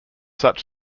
such